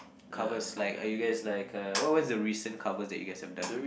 covers like are you guys like uh what what's the recent covers that you guys have done